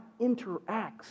interacts